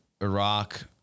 Iraq